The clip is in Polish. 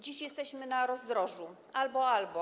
Dziś jesteśmy na rozdrożu: albo-albo.